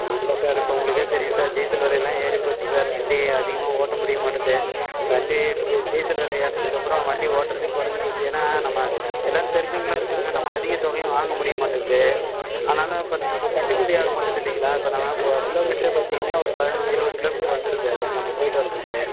இல்லை சார் இப்போ உங்களுக்கே தெரியும் சார் டீசல் விலைலாம் ஏறிப்போச்சு சார் வண்டி அதிகமாக ஓட்ட முடியமாட்டுன்து வண்டி இது டீசல் வெலை ஏறுனதுக்கப்புறம் வண்டி ஓட்டுறதே கொறைஞ்சி போச்சு ஏன்னா நம்ம எல்லாம் தெரிஞ்சவங்களாக இருக்காங்கள் நம்ம அதிக தொகையும் வாங்க முடியமாட்டுது ஆனாலும் இப்போ நமக்கு கட்டுப்படி ஆகமாட்டுன்து இல்லைங்களா இப்போ நான் இப்போது கிலோமீட்டரே பார்த்திங்கன்னா ஒரு பதினைஞ்சி இருபது கிலோமீட்டர் வந்துருது அது நம்ம போய்ட்டு வரதுக்கே